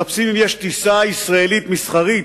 מחפשים אם יש טיסה ישראלית מסחרית,